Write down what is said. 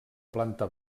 planta